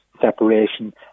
separation